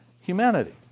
humanity